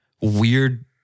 weird